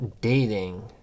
dating